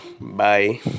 bye